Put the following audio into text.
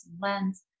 lens